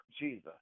Jesus